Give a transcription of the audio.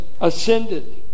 ascended